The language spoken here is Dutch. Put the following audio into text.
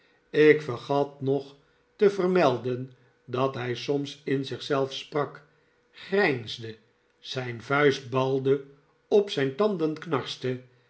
ik vergat nog te vermelden dat hij soms in zich zelf sprak grijnsde zijn vuist balde op zijn tanden knarste